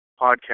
podcast